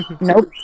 Nope